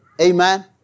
Amen